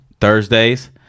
Thursdays